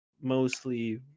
mostly